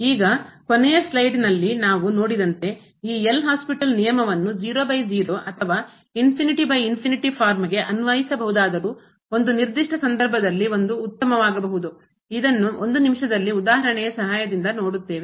ಈಗ ಕೊನೆಯ ಸ್ಲೈಡ್ನಲ್ಲಿ ನಾವು ನೋಡಿದಂತೆ ಈ ಎಲ್ ಹಾಸ್ಪಿಟಲ್ ನಿಯಮವನ್ನು 00 ಅಥವಾ ಫಾರ್ಮ್ಗೆ ಅನ್ವಯಿಸಬಹುದಾದರೂ ಒಂದು ನಿರ್ದಿಷ್ಟ ಸಂದರ್ಭದಲ್ಲಿ ಒಂದು ಉತ್ತಮವಾಗಬಹುದು ಇದನ್ನು ಒಂದು ನಿಮಿಷದಲ್ಲಿ ಉದಾಹರಣೆಯ ಸಹಾಯದಿಂದ ನೋಡುತ್ತೇವೆ